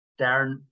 Darren